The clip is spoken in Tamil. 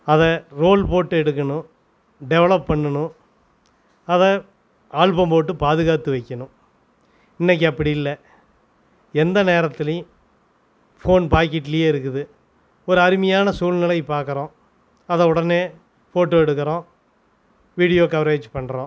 அதை ரோல் போட்டு எடுக்கணும் டெவலப் பண்ணுனும் அதை ஆல்பம் போட்டு பாதுகாத்து வைக்கணும் இன்றைக்கு அப்படி இல்லை எந்த நேரத்திலையும் ஃபோன் பாக்கெட்டில் இருக்குது ஒரு அருமையான சூழ்நிலையை பார்க்குறோம் அதை உடனே ஃபோட்டோ எடுக்கிறோம் வீடியோ கவரேஜ் பண்ணுறோம்